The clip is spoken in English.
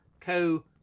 co